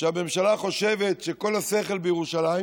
שהממשלה חושבת שכל השכל בירושלים,